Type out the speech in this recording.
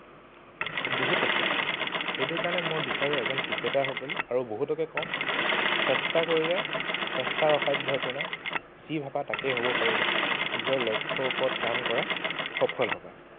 বহুত আছে সেইটো কাৰণে মই বিচাৰোঁ এজন ক্ৰিকেটাৰ হ'বলৈ আৰু বহুতকে কওঁ চেষ্টা কৰিলে চেষ্টাৰ অসাধ্য একো নাই যি ভাবা তাকেই হ'ব পাৰিবা নিজৰ লক্ষ্যৰ ওপৰত কাম কৰা সফল হ'বা